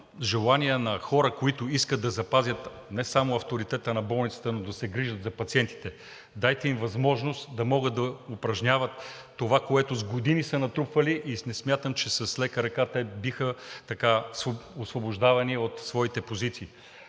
желания на хора, които искат да запазят не само авторитета на болницата, но да се грижат за пациентите. Дайте им възможност да могат да упражняват това, което с години са натрупали, и не смятам, че с лека ръка те биха освобождавали своите позиции.